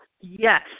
yes